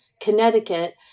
Connecticut